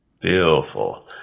beautiful